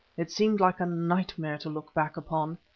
it seemed like a nightmare to look back upon.